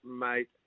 mate